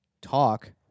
talk